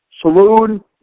saloon